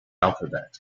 alphabet